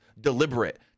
deliberate